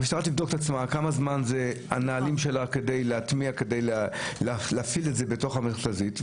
המשטרה יכולה לבדוק כמה זמן ייקח לה להטמיע ולהפעיל את זה בתוך המכתזית,